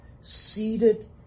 seated